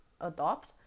adopt